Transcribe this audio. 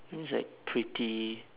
things like pretty